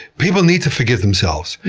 people need to forgive themselves.